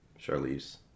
Charlize